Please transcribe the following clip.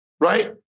right